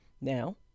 Now